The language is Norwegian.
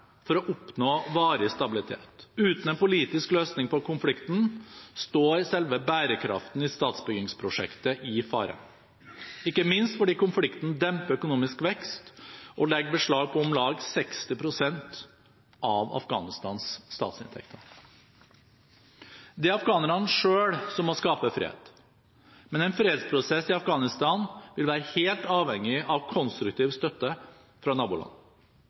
for å oppnå varig stabilitet. Uten en politisk løsning på konflikten står selve bærekraften i statsbyggingsprosjektet i fare, ikke minst fordi konflikten demper økonomisk vekst og legger beslag på om lag 60 pst. av Afghanistans statsinntekter. Det er afghanerne selv som må skape fred. Men en fredsprosess i Afghanistan vil være helt avhengig av konstruktiv støtte fra naboland.